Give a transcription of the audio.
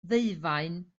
ddeufaen